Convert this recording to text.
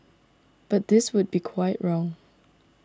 but this would be quite wrong